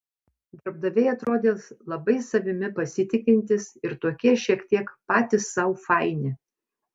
darbdaviai atrodė labai savimi pasitikintys ir tokie šiek tiek patys sau faini